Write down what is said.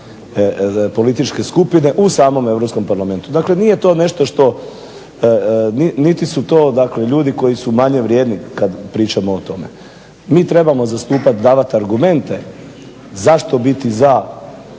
političke skupine u samom Europskom parlamentu. Dakle nije to nešto što, niti su to ljudi koji su manje vrijedni kad pričamo o tome. Mi trebamo zastupat, davat argumente zašto biti za